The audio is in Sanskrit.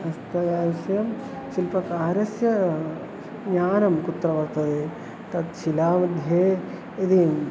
हस्तस्य शिल्पकारस्य ज्ञानं कुत्र वर्तते तत् शिलामध्ये यदि